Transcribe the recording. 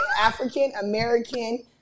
African-American